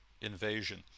invasion